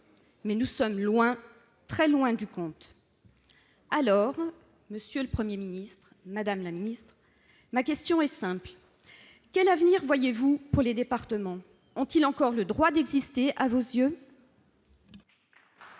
Nous sommes loin du compte, très loin ! Monsieur le Premier ministre, madame la ministre, ma question est simple. Quel avenir voyez-vous pour les départements ? Ont-ils encore le droit d'exister à vos yeux ?